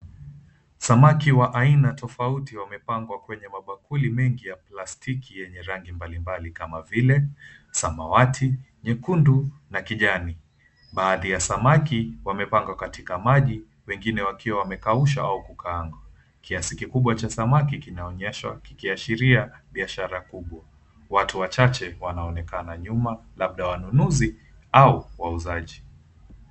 Samaki wa aina tofauti wamepangwa kwenye mabakuli mengi ya plastiki yenye rangi mbalimbali kama vile samawati, nyekundu na kijani. Baadhi ya samaki wamepangwa katika maji wengine wakiwa wamekaushwa au kukaangwa. Kiasi kikubwa cha samaki kinaonyeshwa kikiashiria biashara kubwa. Watu wachache wanaonekana nyuma labda wanunuzi au wauzaji.